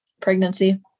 pregnancy